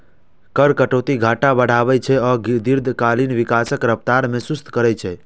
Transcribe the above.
कर कटौती घाटा बढ़ाबै छै आ दीर्घकालीन विकासक रफ्तार कें सुस्त करै छै